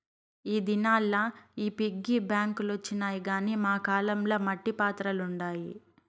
ఈ దినాల్ల ఈ పిగ్గీ బాంక్ లొచ్చినాయి గానీ మా కాలం ల మట్టి పాత్రలుండాయి